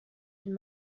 den